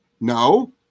No